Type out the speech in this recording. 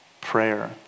prayer